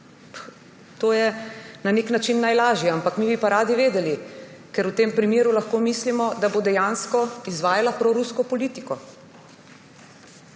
to je na nek način najlažje. Ampak mi bi pa radi vedeli, ker v tem primeru lahko mislimo, da bo dejansko izvajala prorusko politiko,